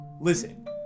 listen